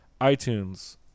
iTunes